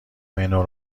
منو